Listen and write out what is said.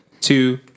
Two